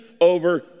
over